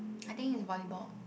I think is volleyball